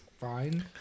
fine